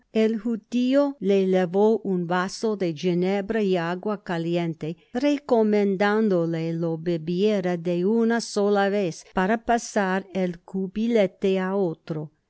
el judio le llevó un vaso de ginebra y agua caliente recomendándole lo bebiera de una sola vez para pasar el cubilete á otro